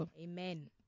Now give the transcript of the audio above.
Amen